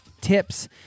tips